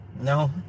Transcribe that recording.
No